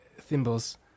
thimbles